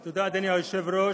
תודה, אדוני היושב-ראש.